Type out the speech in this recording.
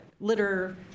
litter